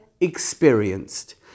experienced